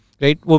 right